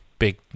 Big